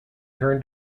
turn